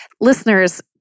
listeners